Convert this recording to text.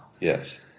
Yes